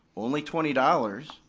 only twenty dollars,